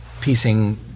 piecing